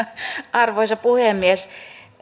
arvoisa puhemies